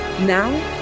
Now